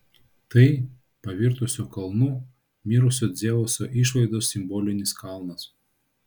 tai pavirtusio kalnu mirusio dzeuso išvaizdos simbolinis kalnas